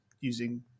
using